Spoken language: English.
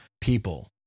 people